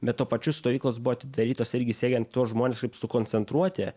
bet tuo pačiu stovyklos buvo atidarytos irgi siekiant tuos žmones taip sukoncentruoti